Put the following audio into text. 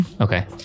Okay